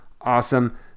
awesome